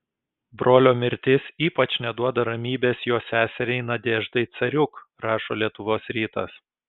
brolio mirtis ypač neduoda ramybės jo seseriai nadeždai cariuk rašo lietuvos rytas